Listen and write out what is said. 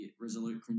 resolute